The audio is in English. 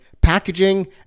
packaging